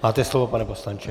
Máte slovo, pane poslanče.